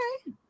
okay